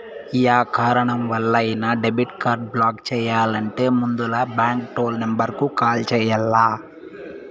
yeah కారణాలవల్లైనా debit card block చెయ్యాలంటే ముందల బాంకు టోల్ నెంబరుకు కాల్ చెయ్యాల్ల